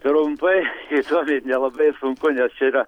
trumpai įdomiai nelabai sunku nes čia yra